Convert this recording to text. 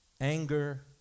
anger